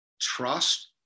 Trust